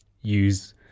Use